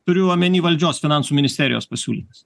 turiu omeny valdžios finansų ministerijos pasiūlytas